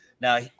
Now